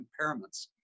impairments